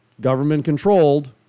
government-controlled